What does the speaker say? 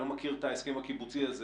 אני לא מכיר את ההסכם הקיבוצי הזה